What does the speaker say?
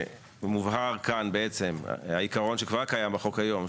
- מובהר כאן בעצם העיקרון שכבר קיים בחוק כיום,